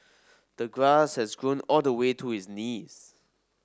the grass had grown all the way to his knees